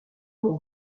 mon